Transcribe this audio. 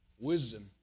wisdom